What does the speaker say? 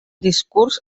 discurs